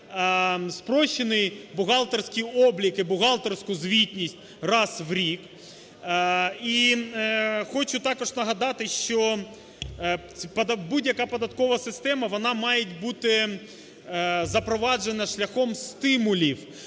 спрощений бухгалтерський облік і бухгалтерську звітність раз в рік. І хочу також нагадати, що будь-яка податкова система, вона має бути запроваджена шляхом стимулів,